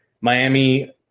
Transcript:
Miami